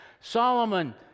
Solomon